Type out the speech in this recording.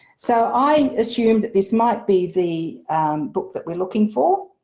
so i assumed that this might be the book that we're looking for